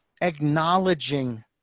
acknowledging